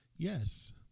Yes